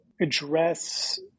address